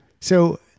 So-